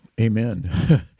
Amen